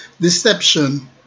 deception